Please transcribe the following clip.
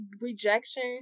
rejection